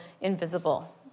invisible